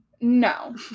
No